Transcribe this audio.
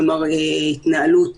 כלומר, התנהלות